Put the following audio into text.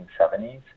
1970s